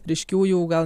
ryškių jų gal